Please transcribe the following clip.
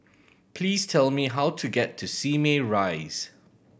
please tell me how to get to Simei Rise